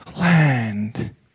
land